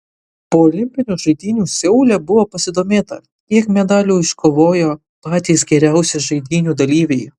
po olimpinių žaidynių seule buvo pasidomėta kiek medalių iškovojo patys geriausi žaidynių dalyviai